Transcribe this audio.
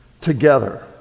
together